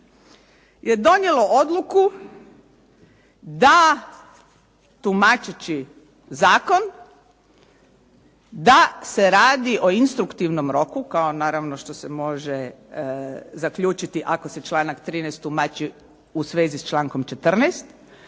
je donijelo odluku da tumačeći zakon da se radi o instruktivnom roku kao naravno što se može zaključiti ako se članak 13. tumači u svezi s člankom 14.